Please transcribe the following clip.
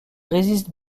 résiste